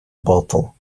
bottle